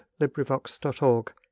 LibriVox.org